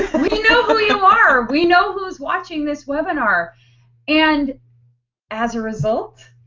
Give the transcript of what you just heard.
we know who you are we know who's watching this webinar and as a result,